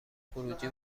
خروجی